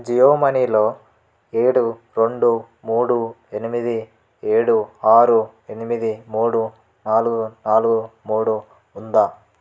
జియో మనీలో ఏడు రెండు మూడు ఎనిమిది ఏడు ఆరు ఎనిమిది మూడు ఆలుగు ఆలుగు మూడు ఉందా